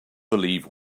believe